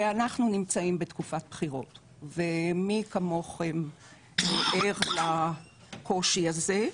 ואנחנו נמצאים בתקופת בחירות ומי כמוכם ער לקושי הזה.